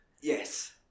Yes